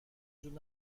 جود